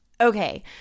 Okay